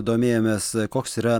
domėjomės koks yra